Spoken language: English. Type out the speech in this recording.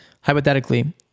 hypothetically